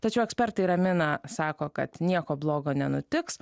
tačiau ekspertai ramina sako kad nieko blogo nenutiks